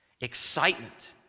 excitement